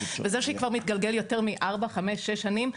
וזה שזה כבר מתגלגל יותר מארבע חמש שש שנים,